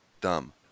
dumb